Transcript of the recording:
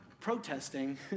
protesting